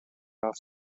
off